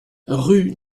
rue